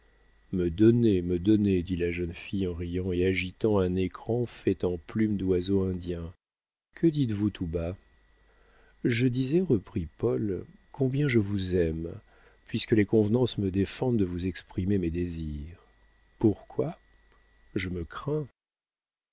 me donner me donner dit la jeune fille en riant et agitant un écran fait en plumes d'oiseaux indiens que dites-vous tout bas je disais reprit paul combien je vous aime puisque les convenances me défendent de vous exprimer mes désirs pourquoi je me crains